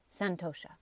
Santosha